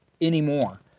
anymore